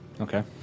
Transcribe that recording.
Okay